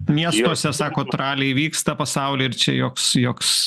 miestuose sakot raliai vyksta pasauly ir čia joks joks